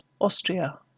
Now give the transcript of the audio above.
Austria